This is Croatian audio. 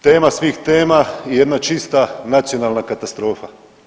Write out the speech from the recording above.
Tema svih tema i jedna čista nacionalna katastrofa.